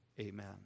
Amen